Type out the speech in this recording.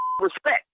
respect